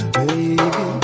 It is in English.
baby